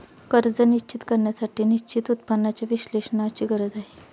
कर्ज निश्चित करण्यासाठी निश्चित उत्पन्नाच्या विश्लेषणाची गरज आहे